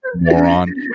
Moron